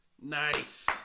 Nice